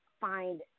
find